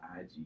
IG